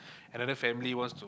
another family wants to